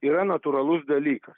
yra natūralus dalykas